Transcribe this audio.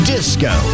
Disco